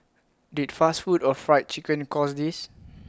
did fast food or Fried Chicken cause this